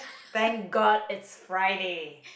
thank god it's Friday